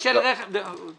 שהחשכ"ל יבוא לדבר.